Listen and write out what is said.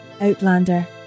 Outlander